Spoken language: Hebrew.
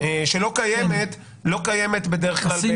שלא קיימת בדרך כלל באגרות --- כן,